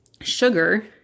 sugar